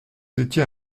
étiez